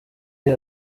iyi